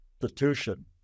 institution